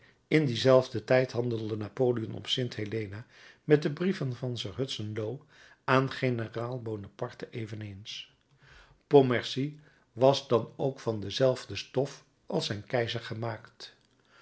in dien zelfden tijd handelde napoleon op st helena met de brieven van sir hudson lowe aan generaal bonaparte eveneens pontmercy was dan ook van dezelfde stof als zijn keizer gemaakt